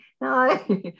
no